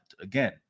Again